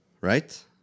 right